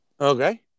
Okay